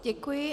Děkuji.